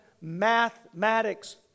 mathematics